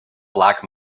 black